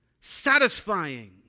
satisfying